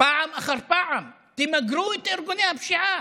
פעם אחר פעם: תמגרו את ארגוני הפשיעה.